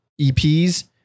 EPs